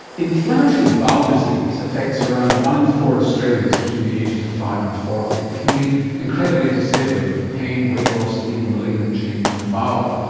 inflammatory bowel disease affects around one in four australians between the ages of five and forty. it can be incredibly disabling, with pain, weight loss and even malignant change in the bowel.